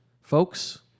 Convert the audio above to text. folks